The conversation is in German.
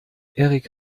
erik